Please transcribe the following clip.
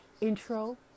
intro